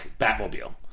Batmobile